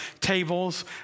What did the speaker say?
tables